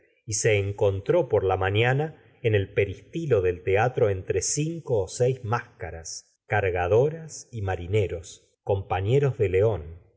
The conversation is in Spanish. y se encontró por la mañana en el peristilo del teatro entre cinco ó seis máscaras cargadoras y marineros compañeros de león